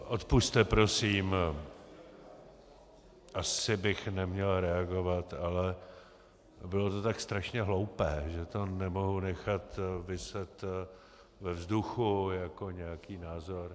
Odpusťte, prosím, asi bych neměl reagovat, ale bylo to tak strašně hloupé, že to nemohu nechat viset ve vzduchu jako nějaký názor.